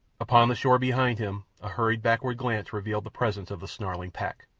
upon the shore behind him a hurried backward glance revealed the presence of the snarling pack.